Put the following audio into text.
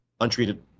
untreated